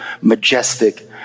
majestic